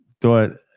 thought